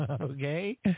okay